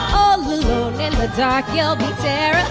all alone in the dark, you'll be terrified.